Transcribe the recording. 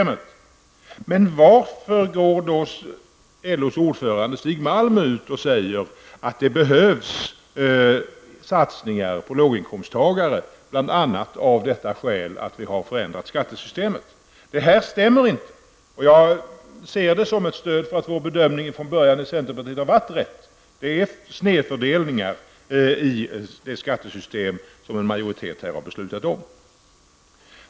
Men varför går då LOs ordförande Stig Malm ut och säger att det behövs satsningar på låginkomsttagare bl.a. av det skälet att skattesystemet har förändrats? Detta stämmer inte, och det tar jag som intäkt för att vår bedömning från centerpartiets sida från början var riktig. Det finns en snedfördelning i det skattesystem som en majoritet här i riksdagen har beslutat om.